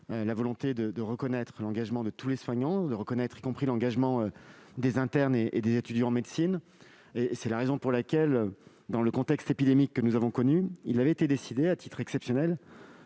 la volonté de reconnaître l'engagement de tous les soignants, y compris celui des internes et des étudiants en médecine. C'est la raison pour laquelle, dans le contexte épidémique que nous avons connu, il avait été décidé, à titre exceptionnel,